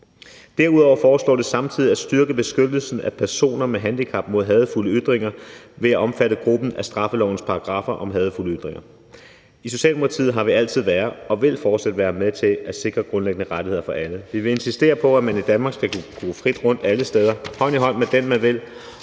Derudover foreslås det samtidig at styrke beskyttelsen af personer med handicap mod hadefulde ytringer ved at omfatte gruppen i forhold til straffelovens paragraffer om hadefulde ytringer. I Socialdemokratiet har vi altid været og vil fortsat være med til at sikre grundlæggende rettigheder for alle. Vi vil insistere på, at man i Danmark skal kunne gå frit rundt alle steder hånd i hånd med den, man vil,